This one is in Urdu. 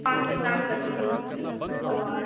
پانچ سو گرام کر دیجیے حلوا